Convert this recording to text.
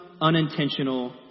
unintentional